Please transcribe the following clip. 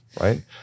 right